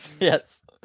yes